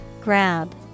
Grab